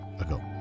ago